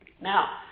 Now